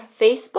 Facebook